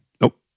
Nope